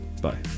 bye